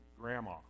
grandma